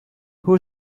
who